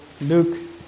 Luke